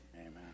amen